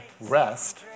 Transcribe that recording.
rest